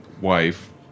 wife